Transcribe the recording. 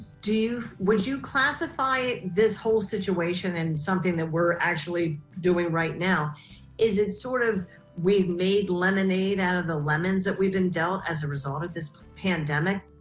do you would you classify this whole situation and something that we're actually doing right now is it sort of we've made lemonade out of lemons that we've been down as a result of this pandemic.